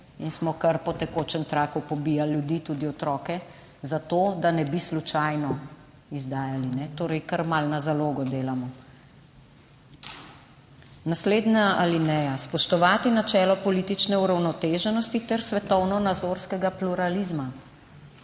in smo kar po tekočem traku pobijali ljudi, tudi otroke, za to, da ne bi slučajno izdajali, torej, kar malo na zalogo delamo. Naslednja alineja: »Spoštovati načelo politične uravnoteženosti ter svetovno nazorskega pluralizma.«